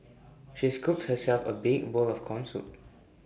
she scooped herself A big bowl of Corn Soup